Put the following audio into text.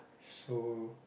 so